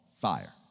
fire